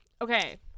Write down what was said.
Okay